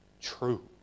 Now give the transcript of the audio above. true